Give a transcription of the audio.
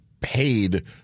paid